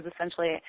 essentially